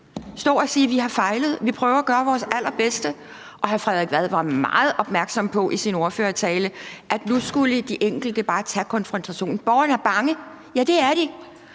stå og sige, at vi har fejlet, når vi prøver at gøre vores allerbedste. Hr. Frederik Vad var meget opmærksom på i sin ordførertale, at nu skulle de enkelte bare tage konfrontationen. Borgerne er bange, ja, det er de.